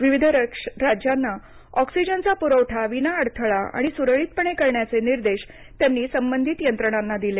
विविध राज्यांना ऑक्सिजनचा पुरवठा विना अडथळा आणि सुरळीतपणे करण्याचे निर्देश त्यांनी संबंधित यंत्रणांना दिले